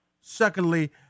Secondly